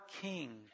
king